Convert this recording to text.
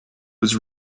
was